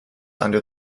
under